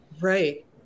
Right